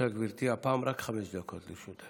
בבקשה, גברתי, הפעם רק חמש דקות לרשותך.